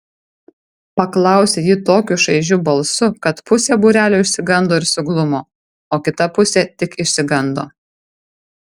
paklausė ji tokiu šaižiu balsu kad pusė būrelio išsigando ir suglumo o kita pusė tik išsigando